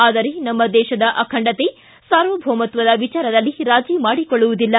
ಆದರೆ ನಮ್ಮ ದೇಶದ ಅಖಂಡತೆ ಸಾರ್ವಭೌಮತ್ವದ ವಿಚಾರದಲ್ಲಿ ರಾಜಿ ಮಾಡಿಕೊಳ್ಳುವುದಿಲ್ಲ